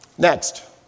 Next